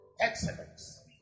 excellence